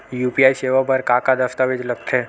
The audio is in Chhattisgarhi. यू.पी.आई सेवा बर का का दस्तावेज लगथे?